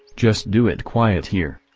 just do it quiet here.